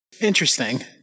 Interesting